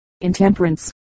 intemperance